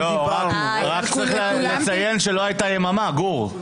רק לציין שלא הייתה יממה, גור.